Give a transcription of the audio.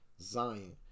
Zion